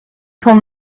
told